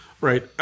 Right